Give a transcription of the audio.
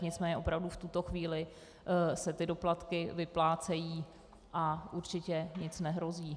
Nicméně opravdu v tuto chvíli se doplatky vyplácejí a určitě nic nehrozí.